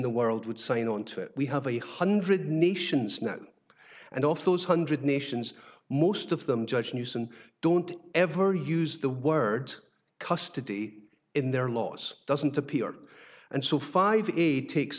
the world would sign on to it we have a hundred nations now and off those hundred nations most of them judge and use and don't ever use the word custody in their laws doesn't appear and so five eight takes